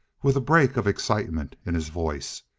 with a break of excitement in his voice,